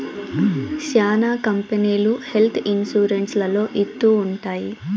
శ్యానా కంపెనీలు health insurance లలో ఇత్తూ ఉంటాయి